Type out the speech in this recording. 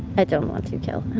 i don't want to kill